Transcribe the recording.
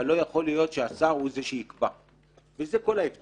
אבל לא יכול להיות שהשר הוא זה יקבע, וזה כל ההבדל